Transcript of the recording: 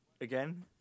again